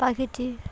পাখিটির